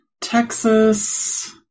Texas